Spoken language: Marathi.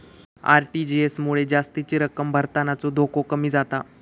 आर.टी.जी.एस मुळे जास्तीची रक्कम भरतानाचो धोको कमी जाता